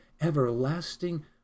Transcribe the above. everlasting